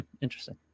interesting